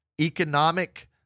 economic